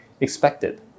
expected